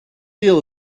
eel